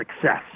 success